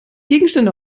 gegenstände